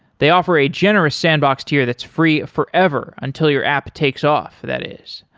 they offer a generous sandbox to you that's free forever until your app takes off that is.